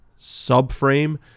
subframe